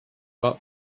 but